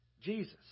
Jesus